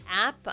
app